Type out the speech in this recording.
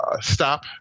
stop